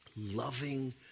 loving